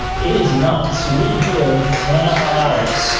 it is nuts. we give antibiotics